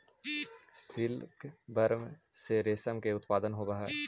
silkworm से रेशम के उत्पादन होवऽ हइ